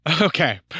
okay